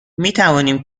میتوانیم